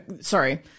sorry